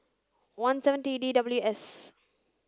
one seven D T W S